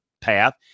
path